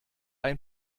ein